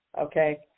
okay